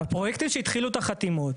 הפרויקטים שהתחילו את החתימות.